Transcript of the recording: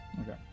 Okay